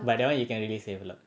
but that [one] you can really save a lot